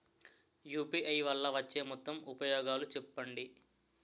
UPI వల్ల వచ్చే మొత్తం ఉపయోగాలు చెప్పండి?